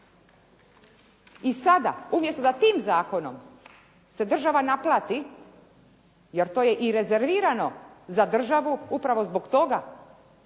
I sada umjesto da tim zakonom se država naplati, jer to je i rezervirano za državu, upravo zbog toga